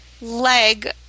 leg